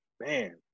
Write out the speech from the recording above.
man